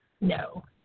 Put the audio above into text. No